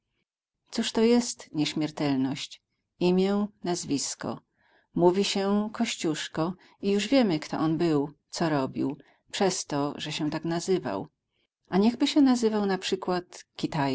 cóż to jest nieśmiertelność imię nazwisko mówi się kościuszko i już wiemy kto on był co robił przez to że się tak nazywał a niechby się nazywał na przykład